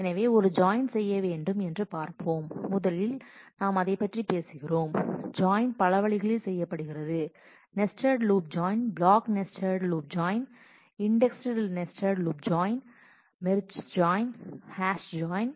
எனவே ஒரு ஜாயின் செய்ய என்ன வேண்டும் என்று பார்ப்போம் முதலில் நாம் அதைப் பற்றி பேசுகிறோம் ஜாயின் பல வழிகளில் செய்யப்படுகிறது nested loop join block nested loop join indexed nested loop join merge join hash join